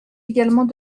également